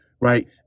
Right